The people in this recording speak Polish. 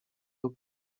lub